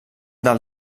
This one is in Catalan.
del